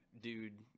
dude